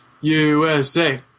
USA